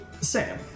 Sam